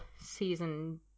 Season